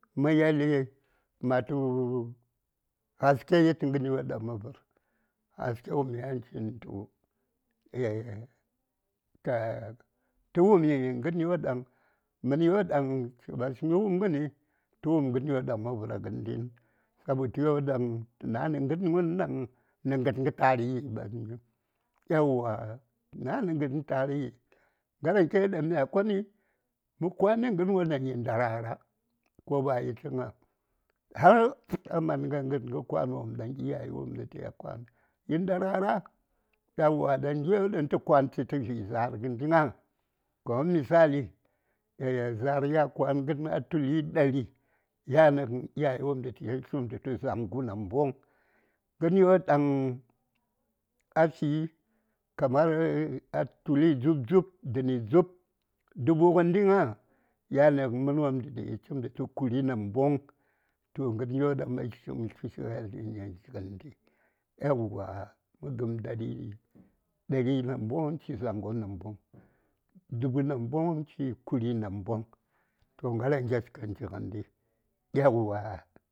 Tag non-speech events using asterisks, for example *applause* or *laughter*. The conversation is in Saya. ﻿Mə yali ma tu haske tə gəryo daŋ mə vər haske wopm yan chin tu *hesitation* tə wumi gəryo daŋ məni won daŋ chi: basmi wumgəni tə wumgəryo daŋ ma vər gəni sabu tə yo danŋ tə nayi nə gən tarihi ɓasmi yauwa tə nayi nən ha nchiNgarkhen dham mhe khoni mhinkho ni ngirwon dham yin ndarara ko ba yichikinga? Har:a man a gəngə kwangən wopm ɗan iyaye wopm tə taya kwan yi ndarar eiywa daŋ gyo daŋ tə kwantə tə vik zar gəndi ŋa kamar misali ea zariya kwan gən a tuli ɗari yani gəŋ iyaye wopm tə taya chim tə tu zaŋgu namboŋ gəryo daŋ a fi kamar a tuli dzub-dzub dəni dzub dubu gəndi ŋa yani gən mənwopm tə tayi chimtu kuri namboŋ toh *unintelligible* mhama ngin khe khon wom *unintelligible* eawa tə gəm daɗi ɗari namboŋ chi zaŋgu namboŋ dubu namboŋ chi kuri namboŋ toh ŋaraŋkes gən chi gəndi eaywa.